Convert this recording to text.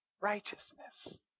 righteousness